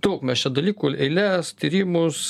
daug mes čia dalykų eiles tyrimus